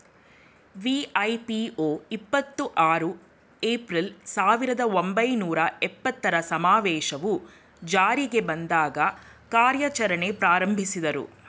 ವಿ.ಐ.ಪಿ.ಒ ಇಪ್ಪತ್ತು ಆರು ಏಪ್ರಿಲ್, ಸಾವಿರದ ಒಂಬೈನೂರ ಎಪ್ಪತ್ತರ ಸಮಾವೇಶವು ಜಾರಿಗೆ ಬಂದಾಗ ಕಾರ್ಯಾಚರಣೆ ಪ್ರಾರಂಭಿಸಿದ್ರು